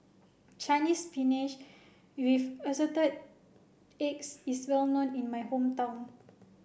Chinese Spinach with Assorted Eggs is well known in my hometown